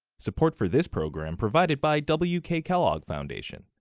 support for this program, provided by w k. kellogg foundation.